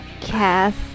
cast